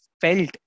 felt